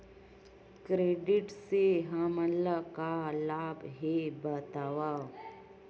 Credit से हमला का लाभ हे बतावव?